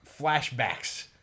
flashbacks